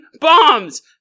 Bombs